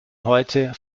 heute